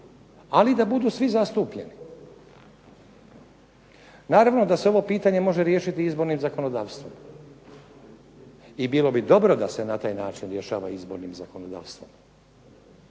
ali da budu svi zastupljeni. Naravno da se ovo pitanje može riješiti izbornim zakonodavstvom, i bilo bi dobro da se na taj način rješava izbornim zakonodavstvom,